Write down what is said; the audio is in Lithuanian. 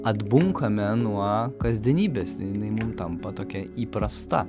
atbunkame nuo kasdienybės jinai mum tampa tokia įprasta